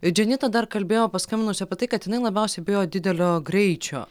dženita dar kalbėjo paskambinusi apie tai kad jinai labiausiai bijo didelio greičio